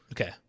Okay